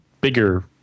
bigger